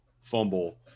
fumble